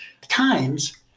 times-